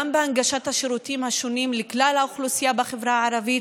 גם בהנגשת השירותים השונים לכלל האוכלוסייה בחברה הערבית,